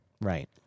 Right